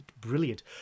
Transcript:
Brilliant